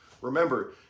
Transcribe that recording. remember